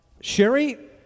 Sherry